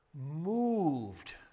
moved